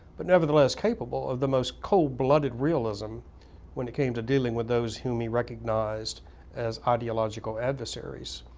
but nevertheless capable of the most cold-blooded realism when it came to dealing with those whom he recognized as ideological adversaries.